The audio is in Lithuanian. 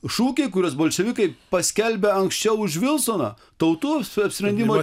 šūkiai kuriuos bolševikai paskelbia anksčiau už vilsoną tautos apsisprendimo